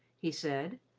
he said.